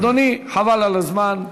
אדוני, חבל על הזמן.